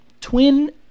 twin